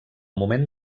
moment